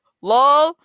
lol